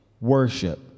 worship